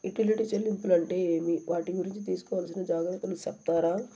Utility చెల్లింపులు అంటే ఏమి? వాటి గురించి తీసుకోవాల్సిన జాగ్రత్తలు సెప్తారా?